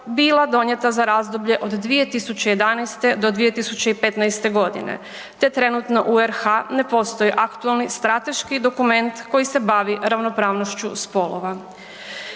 bila donijeta za razdoblje od 2011. do 2015.g., te trenutno u RH ne postoji aktualni strateški dokument koji se bavi ravnopravnošću spolova.